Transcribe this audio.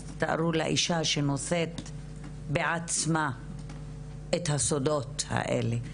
אז תארו לאישה שנושאת בעצמה את הסודות האלה...